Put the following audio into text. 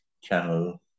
channel